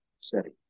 setting